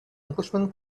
englishman